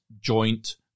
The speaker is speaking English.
joint